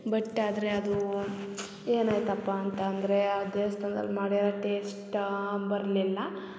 but ಆದರೆ ಅದು ಏನಾಯ್ತಪ್ಪ ಅಂತ ಅಂದರೆ ಆ ದೇವ್ಸ್ಥಾನ್ದಲ್ಲಿ ಮಾಡಿರೋ ಟೇಸ್ಟಾ ಬರಲಿಲ್ಲ